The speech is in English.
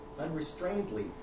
unrestrainedly